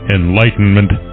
enlightenment